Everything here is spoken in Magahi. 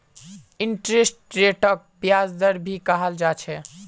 इंटरेस्ट रेटक ब्याज दर भी कहाल जा छे